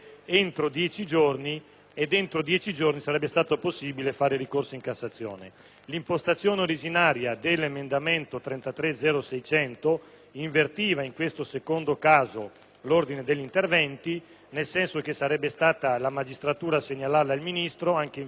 ed entro dieci giorni sarebbe stato possibile presentare ricorso in Cassazione. L'impostazione originaria dell'emendamento 33.0.600 invertiva in questo secondo caso l'ordine degli interventi, nel senso che sarebbe stata la magistratura a segnalare al Ministro, anche in via cautelare e preventiva,